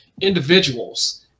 individuals